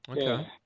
okay